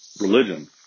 religion